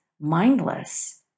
mindless